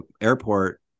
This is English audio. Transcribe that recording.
airport